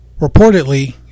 Reportedly